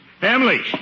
Emily